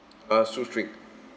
uh shoestring